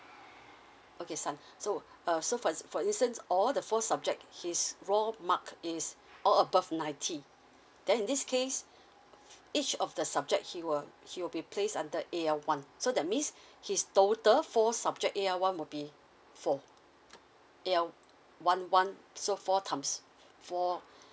okay son so uh so for exa~ for instance all the four subject his raw mark is all above ninety then in this case each of the subject he will he will be placed under A_L one so that means his total four subject A_L one will be four A_L one one so four times four